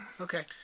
Okay